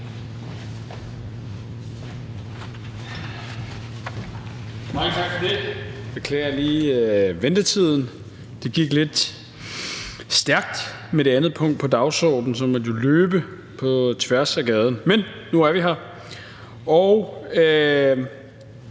Mange tak for det. Jeg beklager ventetiden – det gik lidt stærkt med det foregående punkt på dagsordenen, så jeg måtte løbe tværs over gaden. Men nu er jeg her. Med